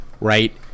right